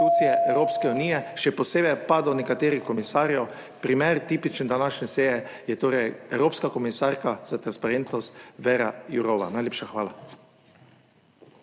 Evropske unije, še posebej pa do nekaterih komisarjev - primer tipičen današnje seje je torej evropska komisarka za transparentnost Věra Jourová. Najlepša hvala.